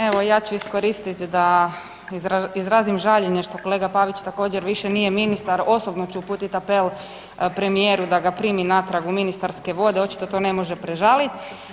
Evo ja ću iskoristiti da izrazim žaljenje što kolega Pavić također više nije ministar, osobno ću uputiti apel premijeru da ga primi natrag u ministarske vode, očito to ne može prežalit.